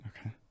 Okay